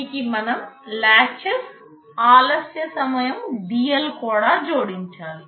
దానికి మనం లాచెస్ ఆలస్య సమయం dL కూడా జోడించాలి